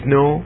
no